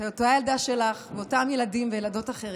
אותה ילדה שלך ואותם ילדים וילדות אחרים.